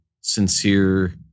sincere